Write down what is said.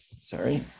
sorry